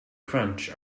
crunch